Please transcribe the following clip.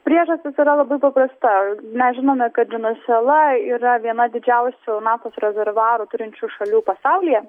priežastis yra labai paprasta mes žinome kad venesuela yra viena didžiausių naftos rezervuarų turinčių šalių pasaulyje